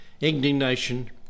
indignation